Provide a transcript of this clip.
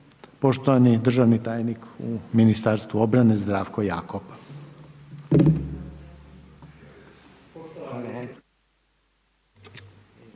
Poštovani državni tajnik u Ministarstvu obrane Zdravko Jakop.